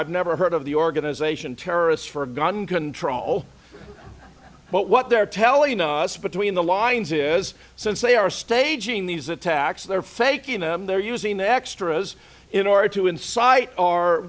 i've never heard of the organization terrorists for gun control but what they're telling us between the lines is since they are staging these attacks they're faking them they're using the extras in order to incite our